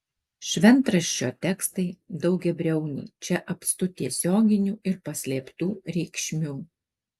šventraščio tekstai daugiabriauniai čia apstu tiesioginių ir paslėptų reikšmių